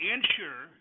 Ensure